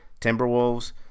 Timberwolves